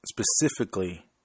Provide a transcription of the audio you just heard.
specifically